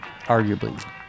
Arguably